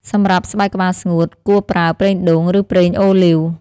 សម្រាប់ស្បែកក្បាលស្ងួត គួរប្រើប្រេងដូង ឬប្រេងអូលីវ។